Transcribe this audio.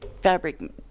fabric